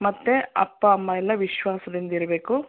ಮತ್ತೆ ಅಪ್ಪ ಅಮ್ಮ ಎಲ್ಲ ವಿಶ್ವಾಸದಿಂದಿರಬೇಕು